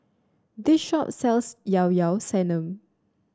this shop sells Llao Llao Sanum